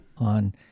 on